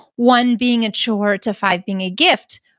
one being a chore to five being a gift,